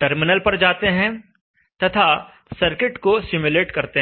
terminal पर जाते हैं तथा सर्किट को सिम्युलेट करते हैं